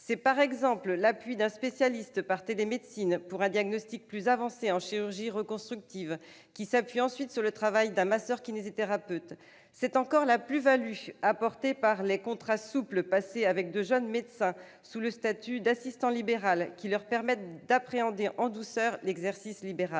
C'est aussi l'appui d'un spécialiste par télémédecine pour un diagnostic plus avancé en chirurgie reconstructrice, qui s'appuie ensuite sur le travail d'un masseur-kinésithérapeute. C'est encore la plus-value apportée par les contrats souples passés avec de jeunes médecins, sous le statut d'assistant libéral, qui leur permettent d'appréhender en douceur l'exercice libéral.